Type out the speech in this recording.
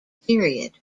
period